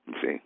see